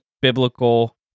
biblical